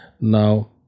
now